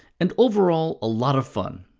and overall, a lot of fun.